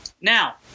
Now